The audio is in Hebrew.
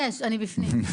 אני בפנים.